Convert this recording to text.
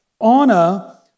Anna